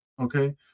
Okay